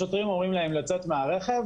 השוטרים אומרים להם לצאת מהרכב,